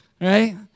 right